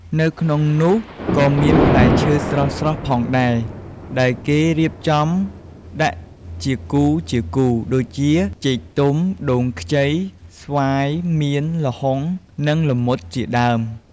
នៅក្នុងនោះក៏មានផ្លែឈើស្រស់ៗផងដែរ ដែលគេរៀបចំដាក់ជាគូៗ ដូចជា ចេកទុំ ដូងខ្ចី ស្វាយ មៀន ល្ហុង និង ល្មុតជាដើម។